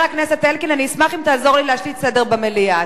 אני אשמח אם תעזור לי להשליט סדר במליאה.